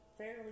Fairly